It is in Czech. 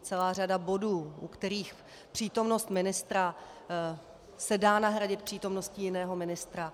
Celá řada bodů, u kterých přítomnost ministra se dá nahradit přítomností jiného ministra.